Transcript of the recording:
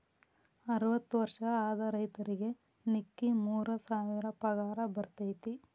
ಅರ್ವತ್ತ ವರ್ಷ ಆದ ರೈತರಿಗೆ ನಿಕ್ಕಿ ಮೂರ ಸಾವಿರ ಪಗಾರ ಬರ್ತೈತಿ